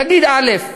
תגיד: א.